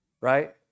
Right